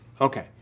Okay